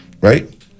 right